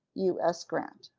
u s. grant.